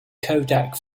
kodak